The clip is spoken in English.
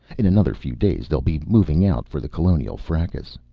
in another few days they'll be moving out for the colonial fracas.